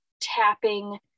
tapping